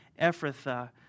Ephrathah